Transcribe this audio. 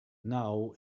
now